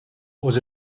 was